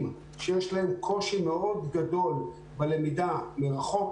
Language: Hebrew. שיש להם קושי מאוד גדול בלמידה מרחוק,